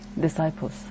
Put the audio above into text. disciples